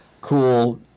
cool